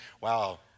wow